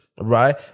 Right